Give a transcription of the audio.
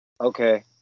Okay